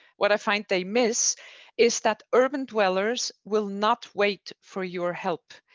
what i find they miss is that urban dwellers will not wait for your help.